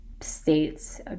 states